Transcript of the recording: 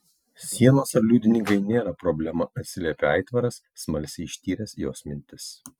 sienos ar liudininkai nėra problema atsiliepė aitvaras smalsiai ištyręs jos mintis